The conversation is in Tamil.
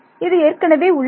இது ஏற்கனவே உள்ளது